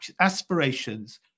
aspirations